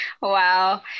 Wow